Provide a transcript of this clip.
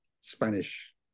Spanish